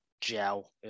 gel